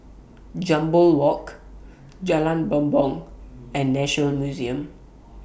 Jambol Walk Jalan Bumbong and National Museum